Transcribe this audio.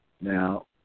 Now